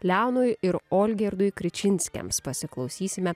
leonui ir olgirdui kričinskems pasiklausysime